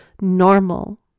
normal